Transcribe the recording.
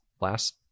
last